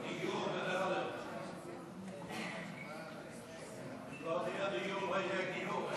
אם לא יהיה דיור, איפה יהיה גיור?